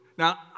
Now